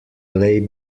play